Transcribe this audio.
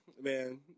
man